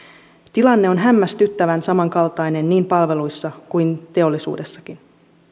tilanne on hämmästyttävän samankaltainen niin palveluissa kuin teollisuudessakin